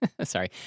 Sorry